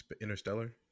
Interstellar